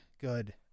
good